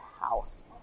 house